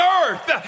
earth